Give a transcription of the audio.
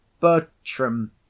Bertram